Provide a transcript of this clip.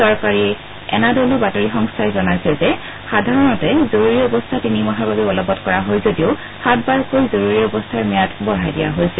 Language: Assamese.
চৰকাৰী এনাদলু বাতৰি সংস্থাই জনাইছে যে সাধাৰণতে জৰুৰী অৱস্থা তিনি মাহৰ বাবে বলৱৎ কৰা হয় যদিও সাত বাৰকৈ জৰুৰী অৱস্থাৰ ম্যাদ বঢ়াই দিয়া হৈছিল